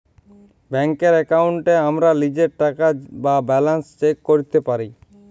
ব্যাংকের এক্কাউন্টে আমরা লীজের টাকা বা ব্যালান্স চ্যাক ক্যরতে পারি